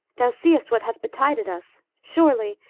thou seest what hath betided us surely,